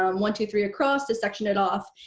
um one, two, three across to section it off.